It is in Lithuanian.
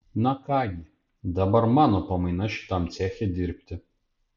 na ką gi dabar mano pamaina šitam ceche dirbti